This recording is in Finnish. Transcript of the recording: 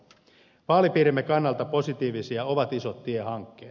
vaalipiirimme kannalta positiivisia ovat isot tiehankkeet